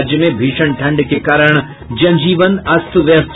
राज्य में भीषण ठंड के कारण जन जीवन अस्त व्यस्त